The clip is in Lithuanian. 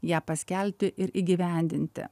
ją paskelbti ir įgyvendinti